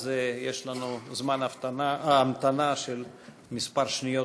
אז יש לנו המתנה של כמה שניות,